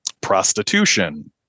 prostitution